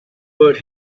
but